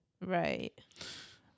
Right